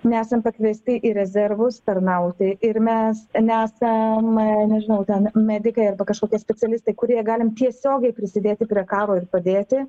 nesam pakviesti į rezervus tarnauti ir mes nesam nežinau ten medikai arba kažkokie specialistai kurie galim tiesiogiai prisidėti prie karo ir padėti